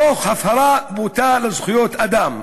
תוך הפרה בוטה של זכויות אדם,